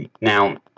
Now